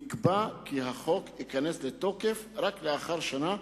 נקבע כי החוק ייכנס לתוקף רק לאחר שנה,